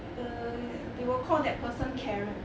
err they will call that person karen